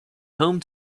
home